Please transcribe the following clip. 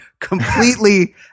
Completely